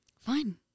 Fine